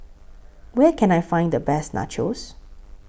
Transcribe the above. Where Can I Find The Best Nachos